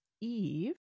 Eve